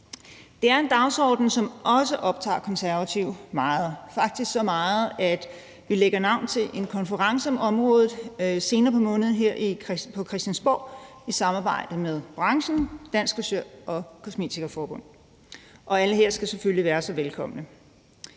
Det er en dagsorden, som også optager De Konservative meget, faktisk så meget, at vi lægger navn til en konference om området senere på måneden her på Christiansborg i samarbejde med branchen og Dansk Frisør & Kosmetiker Forbund. Alle her skal selvfølgelig være så velkomne.